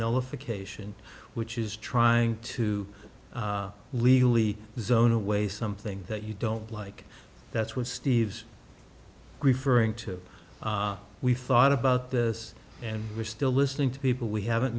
notification which is trying to legally zone away something that you don't like that's what steve's referring to we thought about this and we're still listening to people we haven't